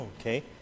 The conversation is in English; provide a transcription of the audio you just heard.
Okay